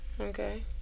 Okay